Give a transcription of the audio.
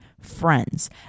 friends